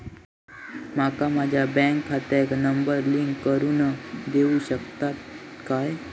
माका माझ्या बँक खात्याक नंबर लिंक करून देऊ शकता काय?